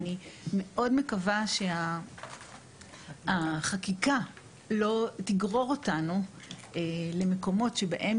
ואני מאוד מקווה שהחקיקה לא תגרור אותנו למקומות שבהם